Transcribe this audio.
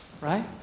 Right